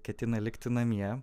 ketina likti namie